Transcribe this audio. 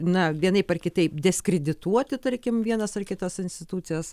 na vienaip ar kitaip diskredituoti tarkim vienas ar kitas institucijas